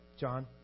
John